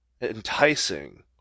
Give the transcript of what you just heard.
enticing